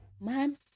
man